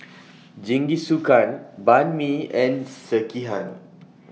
Jingisukan Banh MI and Sekihan